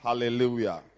hallelujah